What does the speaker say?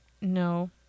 No